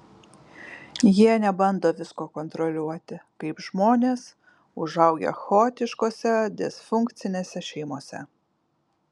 jie nebando visko kontroliuoti kaip žmonės užaugę chaotiškose disfunkcinėse šeimose